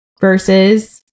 versus